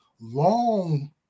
long